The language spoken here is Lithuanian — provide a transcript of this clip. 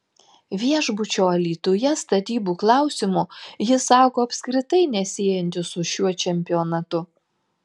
viešbučio alytuje statybų klausimo jis sako apskritai nesiejantis su šiuo čempionatu